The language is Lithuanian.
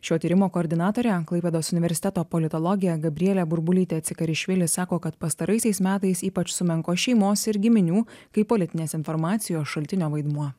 šio tyrimo koordinatorė klaipėdos universiteto politologė gabrielė burbulytė acikarišvili sako kad pastaraisiais metais ypač sumenko šeimos ir giminių kaip politinės informacijos šaltinio vaidmuo